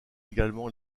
également